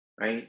Right